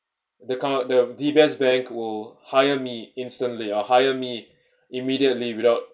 the com~ the D_B_S bank will hire me instantly or hire me immediately without